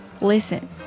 Listen